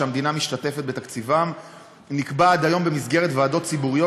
שהמדינה משתתפת בתקציבם נקבע עד היום במסגרת ועדות ציבוריות,